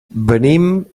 venim